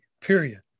period